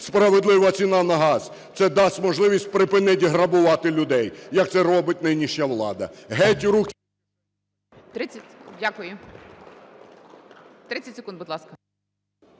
справедлива ціна на газ – це дасть можливість припинити грабувати людей, як це робить нинішня влада. Геть руки…